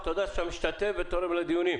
תודה רבה לך, תודה שאתה משתתף ותורם לדיונים.